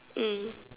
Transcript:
mm